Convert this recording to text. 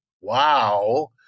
Wow